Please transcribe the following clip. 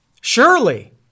surely